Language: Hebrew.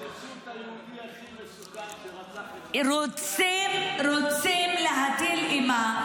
תפסו את היהודי הכי מסוכן שרצח --- רוצים להטיל אימה.